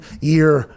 year